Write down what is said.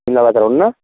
मिना बाजारावनो ना